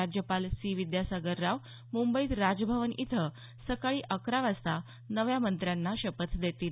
राज्यपाल सी विद्यासागर राव मुंबईत राजभवन इथं सकाळी अकरा वाजता नव्या मंत्र्यांना शपथ देतील